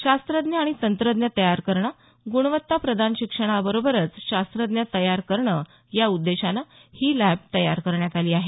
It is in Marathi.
शास्त्रज्ञ आणि तंत्रज्ञ तयार करणं ग्णवत्ता प्रदान शिक्षणाबरोबरच शास्त्रज्ञ तयार करणं या उद्देशानं ही लॅब तयार करण्यात आली आहे